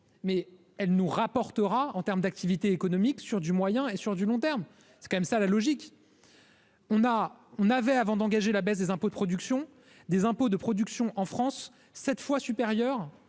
mais elle nous rapportera en terme d'activité économique sur du moyen et sur du long terme, c'est quand même ça la logique. On a, on avait avant d'engager la baisse des impôts de production des impôts de production en France cette fois supérieurs